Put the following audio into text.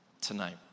tonight